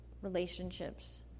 relationships